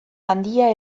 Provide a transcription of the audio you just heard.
handia